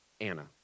Anna